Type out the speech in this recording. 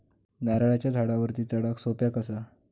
नारळाच्या झाडावरती चडाक सोप्या कसा?